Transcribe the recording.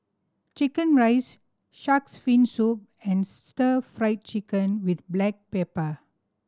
chicken rice Shark's Fin Soup and Stir Fried Chicken with black pepper